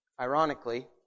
Ironically